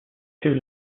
too